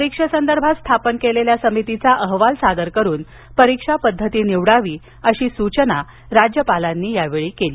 परीक्षेसंदर्भात स्थापन केलेल्या समितीचा अहवाल सादर करून परीक्षा पद्धती निवडावी अशी सूचना कोश्यारी यांनी यावेळी दिली